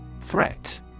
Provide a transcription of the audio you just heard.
Threat